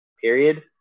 period